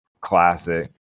Classic